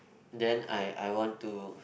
then I I want to